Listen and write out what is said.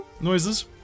noises